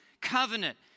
Covenant